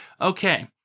Okay